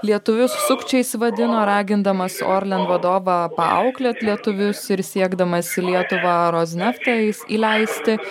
lietuvius sukčiais vadino ragindamas orlen vadovą paauklėt lietuvius ir siekdamas į lietuvą rosneftą įleisti